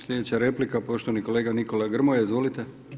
Slijedeća replika poštovani kolega Nikola Grmoja, izvolite.